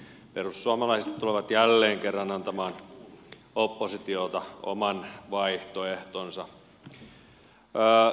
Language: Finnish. perussuomalaiset tulevat jälleen kerran antamaan oppositiolta oman vaihtoehtonsa